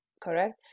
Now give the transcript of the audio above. correct